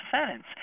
sentence